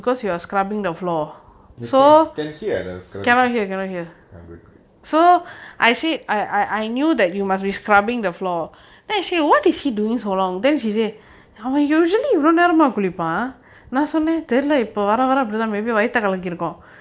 you can can hear the scrubbing ah good good